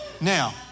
now